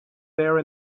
there